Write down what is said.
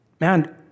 man